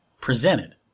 presented